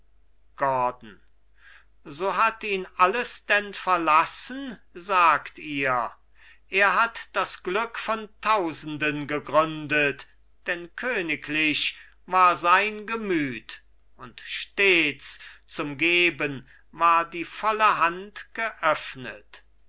gordon so hat ihn alles denn verlassen sagt ihr er hat das glück von tausenden gegründet denn königlich war sein gemüt und stets zum geben war die volle hand geöffnet